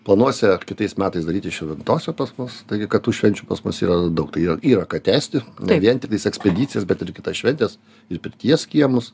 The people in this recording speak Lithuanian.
planuose ar kitais metais daryti širvintose pas mus taigi kad tų švenčių pas mus yra daug tai yra yra ką tęsti ne vien tiktais ekspedicijas bet ir kitas šventes ir pirties kiemus